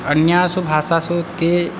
अन्यासु भाषासु ते